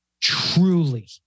truly